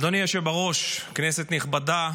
אדוני היושב בראש, כנסת נכבדה.